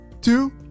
two